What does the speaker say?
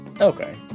okay